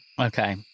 Okay